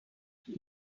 yes